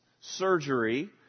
surgery